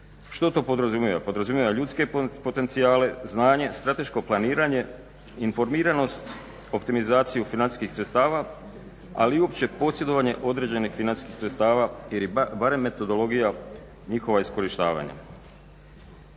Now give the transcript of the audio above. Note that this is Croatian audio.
Što to podrazumijeva? Podrazumijeva ljudske potencijale, znanje, strateško planiranje, informiranost, optimizaciju financijskih sredstava, ali i uopće posjedovanje određenih financijskih sredstava ili barem metodologija njihova iskorištavanja.